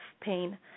pain